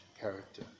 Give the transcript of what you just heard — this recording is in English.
character